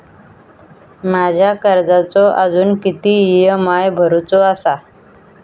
माझ्या कर्जाचो अजून किती ई.एम.आय भरूचो असा?